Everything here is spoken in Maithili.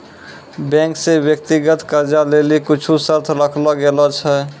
बैंक से व्यक्तिगत कर्जा लेली कुछु शर्त राखलो गेलो छै